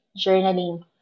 journaling